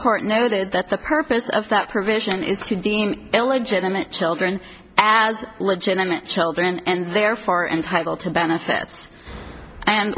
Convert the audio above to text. court noted that the purpose of that provision is to dean illegitimate children as legitimate children and therefore entitled to benefits and